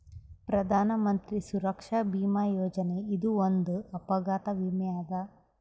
ಪ್ರಧಾನ್ ಮಂತ್ರಿ ಸುರಕ್ಷಾ ಭೀಮಾ ಯೋಜನೆ ಇದು ಒಂದ್ ಅಪಘಾತ ವಿಮೆ ಅದ